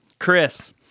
Chris